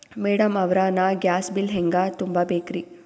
Madam ಅವ್ರ, ನಾ gas bill ಹೆಂಗ ತುಂಬಾ ಬೇಕ್ರಿ?